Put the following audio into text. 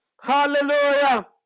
hallelujah